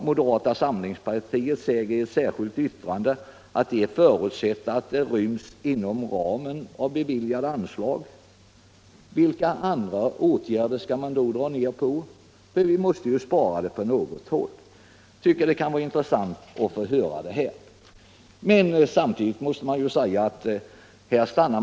Moderata samlingspartiet säger i ett särskilt yttrande att man förutsätter att pengarna ryms inom ramen för beviljade anslag. Vilka andra åtgärder skall man då minska på? Vi måste ju spara dessa pengar på något håll.